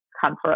comfort